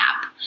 app